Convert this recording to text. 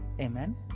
Amen